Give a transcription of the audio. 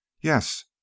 yes